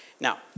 Now